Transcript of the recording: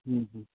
ହୁଁ ହୁଁ